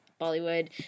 Bollywood